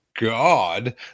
God